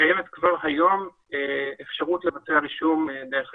קיימת כבר היום אפשרות לבצע רישום דרך האינטרנט.